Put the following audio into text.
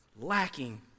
lacking